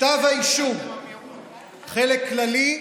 כתב האישום, חלק כללי,